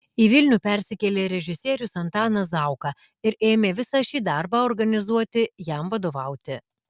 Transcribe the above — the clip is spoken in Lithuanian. į vilnių persikėlė režisierius antanas zauka ir ėmė visą šį darbą organizuoti jam vadovauti